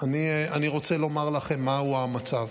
אני רוצה לומר לכם מהו המצב.